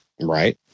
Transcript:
Right